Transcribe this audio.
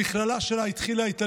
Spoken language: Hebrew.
המכללה שלה התחילה את הלימודים,